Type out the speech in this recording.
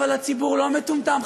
אבל הציבור לא מטומטם,